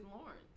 Lawrence